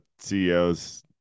CEO's